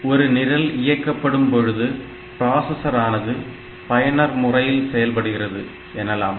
ஒரு நிரல் இயக்கப்படும் பொழுது பிராசஸரானது பயனர் முறையில் செயல்படுகிறது எனலாம்